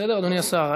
בסדר, אדוני השר?